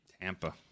Tampa